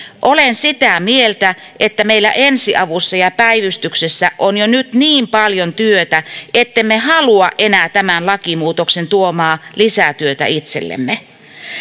olen sitä mieltä että meillä ensiavussa ja päivystyksessä on jo nyt niin paljon työtä ettemme halua enää tämän lakimuutoksen tuomaa lisätyötä itsellemme